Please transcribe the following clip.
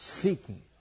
seeking